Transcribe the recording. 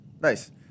Nice